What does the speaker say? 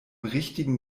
richtigen